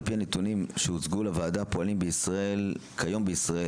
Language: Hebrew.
על פי הנתונים שהוצגו לוועדה פועלים כיום בישראל